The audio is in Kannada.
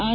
ಆರ್